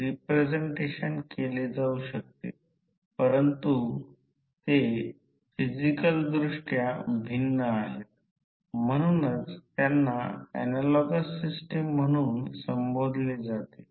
हे प्रति युनिट फक्त R e 2 असेल किंवा जर ते मागे उर्जा घेणारे घटक असेल तर ते या संज्ञेचे असेल